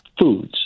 foods